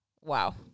Wow